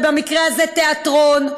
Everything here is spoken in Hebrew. ובמקרה הזה תיאטרון,